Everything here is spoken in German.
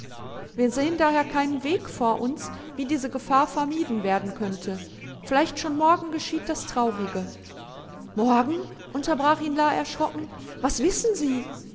wir sehen daher keinen weg vor uns wie diese gefahr vermieden werden könnte vielleicht schon morgen geschieht das traurige morgen unterbrach ihn la erschrocken was wissen sie